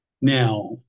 Now